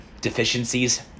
deficiencies